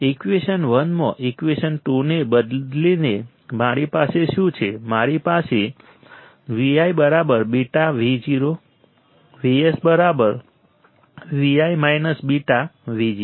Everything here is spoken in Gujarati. ઈકવેશન 1 માં ઈકવેશન 2 ને બદલીને મારી પાસે શું છે મારી પાસે ViβVo VsVi βVo